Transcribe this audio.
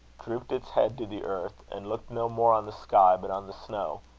drooped its head to the earth, and looked no more on the sky, but on the snow.